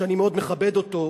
שאני מאוד מכבד אותו,